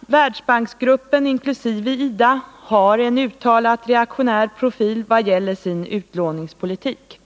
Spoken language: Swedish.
Världsbanksgruppen inkl. IDA har en uttalat reaktionär profil vad gäller sin utlåningspolitik.